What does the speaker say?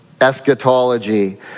eschatology